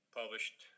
published